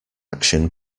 action